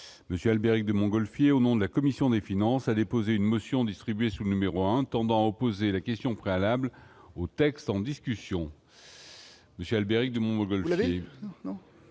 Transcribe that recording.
Albéric de Montgolfier, au nom de la commission des finances, a déposé une motion distribuée sous le numéro intendant opposer la question préalable au texte en discussion. Monsieur Albéric Dumont. Voilà bon